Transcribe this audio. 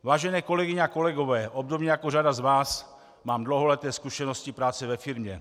Vážené kolegyně a kolegové, obdobně jako řada z vás mám dlouholeté zkušenosti práce ve firmě.